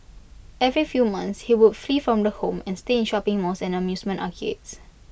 every few months he would flee from the home and stay in shopping malls and amusement arcades